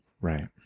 right